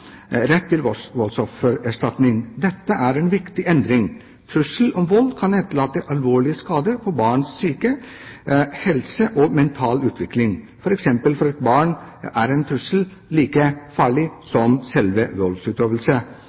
rett til voldsoffererstatning. Dette er en viktig endring. Trussel om vold kan gi alvorlig skade på barns psyke, helse og mentale utvikling. For et barn er f.eks. en trussel like farlig som selve